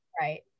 right